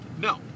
no